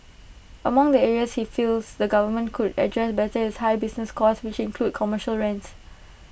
among the areas he feels the government could address better is high business costs which include commercial rents